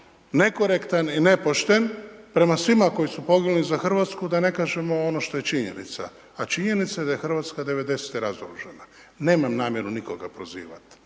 nekorektan i nepošten prema svima koji su poginuli za Hrvatsku da ne kažemo ono što je činjenica. A činjenica je da je Hrvatska 90-te razoružana. Nemam namjeru nikoga prozivati.